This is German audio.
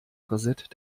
korsett